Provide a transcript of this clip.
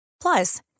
Plus